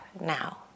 now